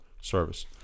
service